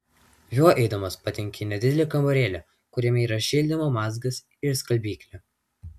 juo eidamas patenki į nedidelį kambarėlį kuriame yra šildymo mazgas ir skalbyklė